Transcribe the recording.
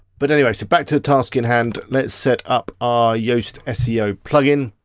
but anyway, so back to the task in hand, let's set up our yoast ah seo plugin.